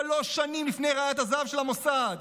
שלוש שנים לפני ראיית הזהב של המוסד.